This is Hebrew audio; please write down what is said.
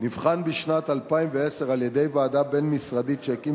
נבחן בשנת 2010 על-ידי ועדה בין-משרדית שהקים